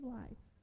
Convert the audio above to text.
life